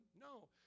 No